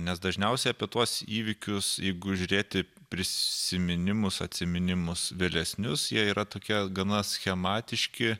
nes dažniausia apie tuos įvykius jeigu žiūrėti prisiminimus atsiminimus vėlesnius jie yra tokie gana schematiški